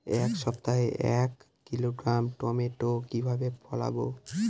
এক সপ্তাহে এক কিলোগ্রাম টমেটো কিভাবে ফলাবো?